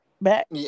back